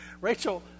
rachel